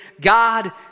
God